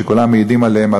שכולם מעידים עליהם,